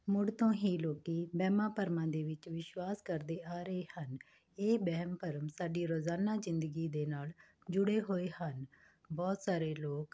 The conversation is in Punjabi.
ਮੁੱਢ ਤੋਂ ਹੀ ਲੋਕ ਵਹਿਮਾ ਭਰਮਾਂ ਦੇ ਵਿੱਚ ਵਿਸ਼ਵਾਸ ਕਰਦੇ ਆ ਰਹੇ ਹਨ ਇਹ ਵਹਿਮ ਭਰਮ ਸਾਡੀ ਰੋਜ਼ਾਨਾ ਜ਼ਿੰਦਗੀ ਦੇ ਨਾਲ ਜੁੜੇ ਹੋਏ ਹਨ ਬਹੁਤ ਸਾਰੇ ਲੋਕ